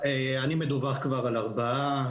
אני מדווח כבר על ארבעה.